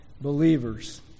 believers